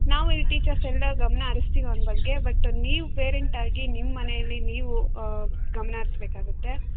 ನಾವು ಇಲ್ಲಿ ಟೀಚರ್ಸೆಲ್ಲ ಗಮನ ಹರ್ಸ್ತೀವಿ ಅವನ ಬಗ್ಗೆ ಬಟ್ ನೀವು ಪೇರೆಂಟಾಗಿ ನಿಮ್ಮನೇಲಿ ನೀವು ಗಮನ ಹರಿಸ್ಬೇಕಾಗುತ್ತೆ